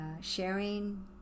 sharing